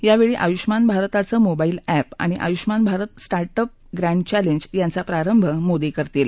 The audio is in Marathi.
यावेळी आयुष्मान भारताचं मोबाईल अप्तिआणि Ayushman Bharat start up grand challenge यांचा प्रारंभ मोदी करतील